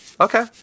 Okay